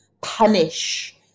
punish